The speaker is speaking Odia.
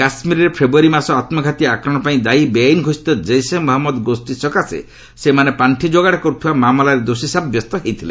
କାଶ୍ମୀରରେ ଫେବୃୟାରୀ ମାସ ଆତ୍କଘାତୀ ଆକ୍ରମଣପାଇଁ ଦାୟୀ ବେଆଇନ ଘୋଷିତ ଜୈସେ ମହଜ୍ଞଦ ଗୋଷୀ ସକାଶେ ସେମାନେ ପାଣ୍ଡି ଯୋଗାଡ କର୍ତ୍ଥିବା ମାମଲାରେ ଦୋଷୀ ସାବ୍ୟସ୍ତ ହୋଇଥିଲେ